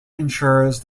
ensures